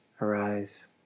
arise